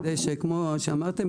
כדי כפי שאמרתם,